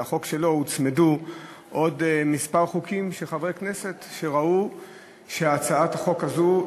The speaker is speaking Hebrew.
שהוצמדו לו עוד כמה חוקים של חברי כנסת שראו שהצעת החוק הזאת,